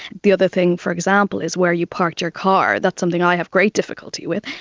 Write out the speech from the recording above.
the other thing, for example, is where you parked your car. that's something i have great difficulty with,